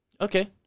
okay